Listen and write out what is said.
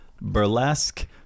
burlesque